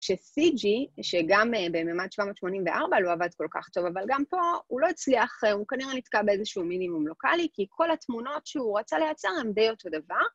שסי ג'י, שגם בממד 784 לא עבד כל כך טוב, אבל גם פה הוא לא הצליח, הוא כנראה נתקע באיזשהו מינימום לוקאלי, כי כל התמונות שהוא רצה לייצר הן די אותו דבר.